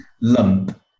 lump